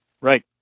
Right